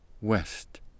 west